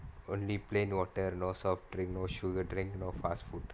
only plain water no soft drink no sugar drinks no fast food